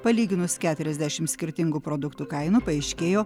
palyginus keturiasdešim skirtingų produktų kainų paaiškėjo